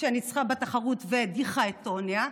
שניצחה בתחרות והדיחה את טוניה,